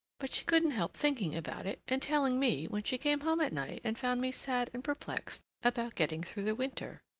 but she couldn't help thinking about it and telling me when she came home at night and found me sad and perplexed about getting through the winter,